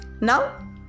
Now